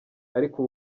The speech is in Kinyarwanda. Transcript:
ariko